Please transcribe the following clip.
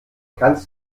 kannst